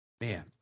Man